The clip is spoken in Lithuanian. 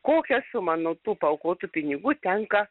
kokia suma nuo tų paaukotų pinigų tenka